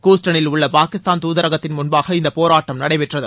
கூஸ்டனில் உள்ள பாகிஸ்தான் துதரகத்தின் முன்பாக இந்த போராட்டம் நடைபெற்றது